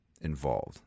involved